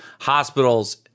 hospitals